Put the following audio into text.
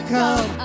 come